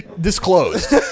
disclosed